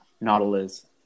Nautilus